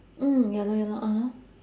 mm ya lor ya lor (uh huh)